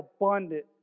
abundant